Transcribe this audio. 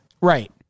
right